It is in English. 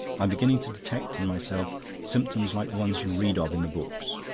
i'm beginning to detect in myself symptoms like the ones you read of in the books.